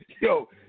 Yo